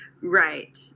Right